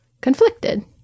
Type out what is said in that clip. conflicted